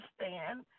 understand